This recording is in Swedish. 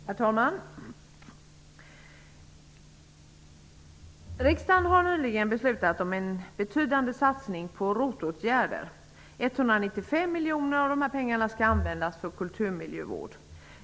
Herr talman! Riksdagen har nyligen beslutat om en betydande satsning på ROT-åtgärder. 195 miljoner av dessa pengar skall användas för kulturmiljövård.